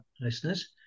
listeners